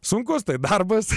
sunkus darbas